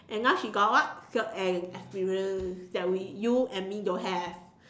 and now she got what job ex~ experience that we you and me don't have